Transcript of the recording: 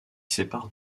sépare